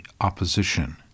opposition